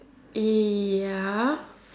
ya